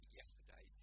yesterday